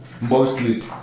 mostly